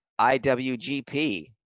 IWGP